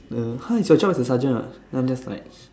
then they !huh! it's your job as a sergeant [what] then I'm just like